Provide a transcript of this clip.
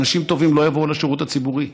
אנשים טובים לא יבואו לשירות הציבורי,